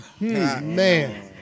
Man